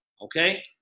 Okay